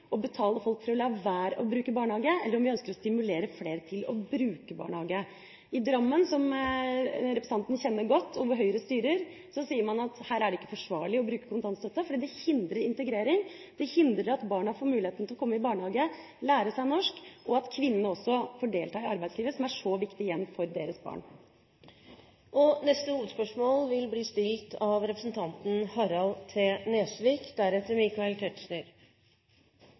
betale folk for å la være å bruke barnehage, eller om vi ønsker å stimulere flere til å bruke barnehage. I Drammen, som representanten kjenner godt, og hvor Høyre styrer, sier man at det ikke er forsvarlig å bruke kontantstøtte fordi det hindrer integrering, det hindrer at barna får muligheten til å komme i barnehage og lære seg norsk og at kvinnene også får delta i arbeidslivet, som er så viktig igjen for deres barn. Vi går videre til neste hovedspørsmål.